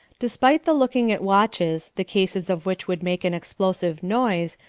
despite the looking at watches, the cases of which would make an explosive noise,